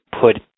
put